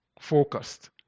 focused